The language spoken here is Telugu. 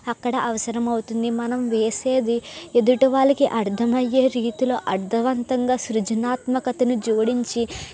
అక్కడ అవసరమవుతుంది మనం వేసేది ఎదుటి వాళ్ళకి అర్ధమయ్యే రీతిలో అర్ధవంతంగా సృజనాత్మకతను జోడించి